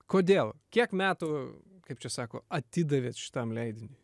kodėl kiek metų kaip čia sako atidavėt šitam leidiniui